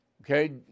Okay